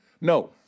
No